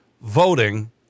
voting